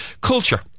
Culture